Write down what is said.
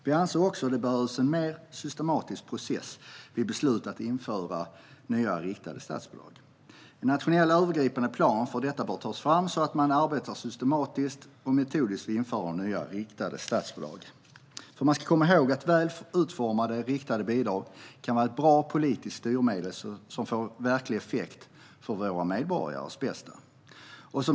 Vi anser också att det behövs en mer systematisk process vid beslut om att införa nya riktade statsbidrag. En nationell övergripande plan för detta bör tas fram, så att man arbetar systematiskt och metodiskt vid införandet av nya riktade statsbidrag. Man ska komma ihåg att väl utformade riktade bidrag kan vara ett bra politiskt styrmedel som får verklig effekt för våra medborgares bästa.